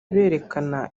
berekana